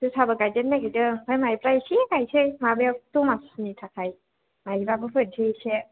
जोसाबो गायदेरनो नागिरदों आमफ्राय मायब्रा एसे गायसै माबायाव दमासिनि थाखाय मायब्राबो फोसै एसे